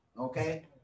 okay